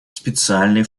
специальный